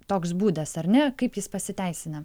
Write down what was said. toks būdas ar ne kaip jis pasiteisina